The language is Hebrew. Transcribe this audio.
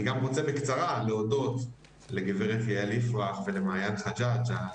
אני גם רוצה בקצרה להודות לגברת יעל יפרח ולמעיין חג'ג',